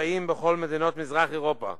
מבוצעים בכל מדינות מזרח-אירופה,